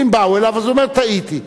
ואם באו אליו, אז אומר: טעיתי.